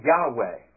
Yahweh